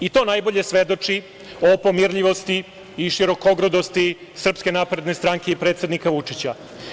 I to najbolje svedoči o pomirljivosti i širokogrudosti SNS i predsednika Vučića.